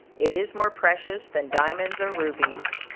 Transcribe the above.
it is more precious than diamonds or rubies.